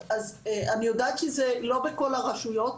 אז אני יודעת שזה לא בכל הרשויות,